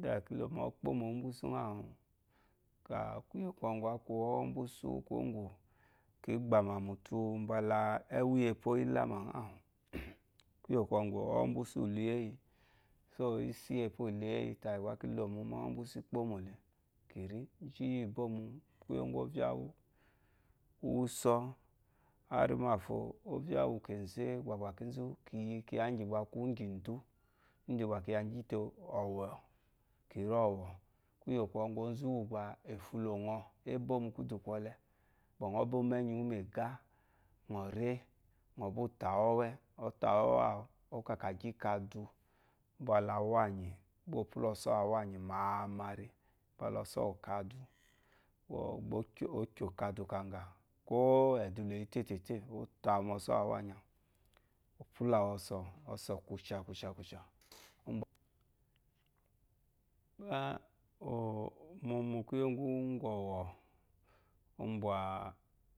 de kile mowe kpomo ubuse nghawu ta kuye kɔgu aku kuye ngo owe mbuse kuwogu kegbama mutumbala ɛwu ye po ila ma ghawu kuye gɔgu owe mbase uluyeyi so isuye po iluye ye tayi gbaikilomo we ikpomole kiri gu ki remo kuye gu ovya wu so anmafo ovya wu keze gbagba kezu kiya gi ba aku igye udu igi ba kiya gite owo ba kiya owu kuye kɔgu mba ozu wu ba efulongɔ ebo mukudu kole nyɔ bo me nyi wu me ga nyɔri nyɔ tawu owe nyɔta wu owe ɔwu nyɔ ngɔkikagi kadu mbala wanyi nyɔ pula osowawanyimamari uba loso wu kadu momo gba atawu moso uwa wanyiwu opulawu oso, oso ku shakusha gba ɔ mu kunye gu owa